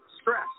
stress